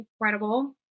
incredible